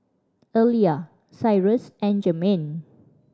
Elia Cyrus and Jermaine